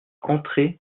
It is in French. entrer